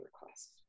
request